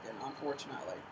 unfortunately